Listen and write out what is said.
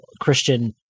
Christian-